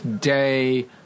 day